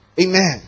amen